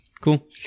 cool